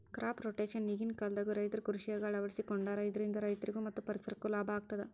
crop rotation ಈಗಿನ ಕಾಲದಾಗು ರೈತರು ಕೃಷಿಯಾಗ ಅಳವಡಿಸಿಕೊಂಡಾರ ಇದರಿಂದ ರೈತರಿಗೂ ಮತ್ತ ಪರಿಸರಕ್ಕೂ ಲಾಭ ಆಗತದ